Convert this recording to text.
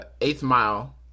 eighth-mile